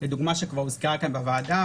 דוגמה שכבר הוזכרה בוועדה,